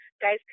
guys